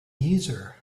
geezer